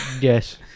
yes